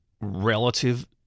relative